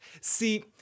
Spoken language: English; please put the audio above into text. See